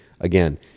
again